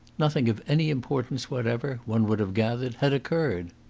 nothing of any importance whatever, one would have gathered, had occurred.